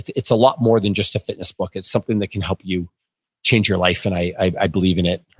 it's a lot more than just a fitness book. it's something that can help you change your life and i i believe in it